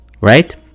right